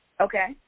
Okay